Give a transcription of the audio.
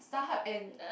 Starhub and